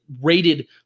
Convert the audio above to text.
rated